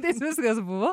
taip viskas buvo